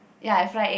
ya I fry egg